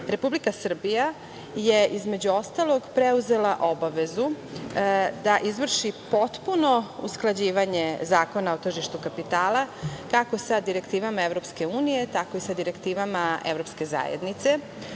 Republika Srbija je, između ostalog, preuzela obavezu da izvrši potpuno usklađivanje Zakona o tržištu kapitala kako sa direktivama EU, tako i sa direktivama evropske zajednice